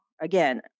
Again